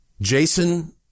Jason